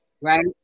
right